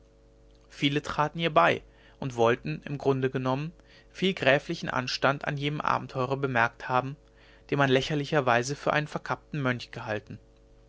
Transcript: viele traten ihr bei und wollten im grunde genommen viel gräflichen anstand an jenem abenteurer bemerkt haben den man lächerlicherweise für einen verkappten mönch gehalten